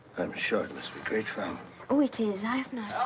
i'm sure it must be great fun. ah it is. i have